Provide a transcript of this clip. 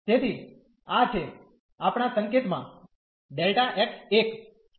તેથી આ છે આપણા સંકેતમાં Δ x 1